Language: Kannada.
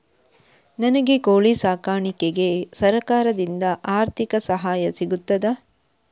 ನನಗೆ ಕೋಳಿ ಸಾಕಾಣಿಕೆಗೆ ಸರಕಾರದಿಂದ ಆರ್ಥಿಕ ಸಹಾಯ ಸಿಗುತ್ತದಾ?